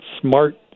smart